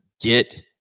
get –